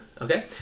Okay